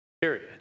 Period